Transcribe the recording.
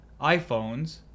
iPhones